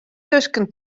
tusken